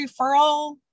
referral